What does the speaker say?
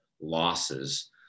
losses